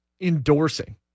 endorsing